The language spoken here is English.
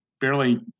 barely